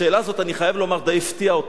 השאלה הזאת, אני חייב לומר, די הפתיעה אותו.